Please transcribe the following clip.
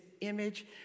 image